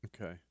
Okay